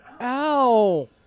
Ow